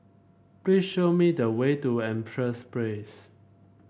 please show me the way to Empress Place